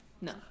No